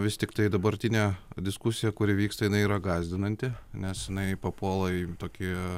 vis tiktai dabartinė diskusija kuri vyksta jinai yra gąsdinanti nes jinai papuola į tokį